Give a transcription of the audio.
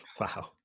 wow